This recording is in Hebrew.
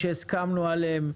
שלום.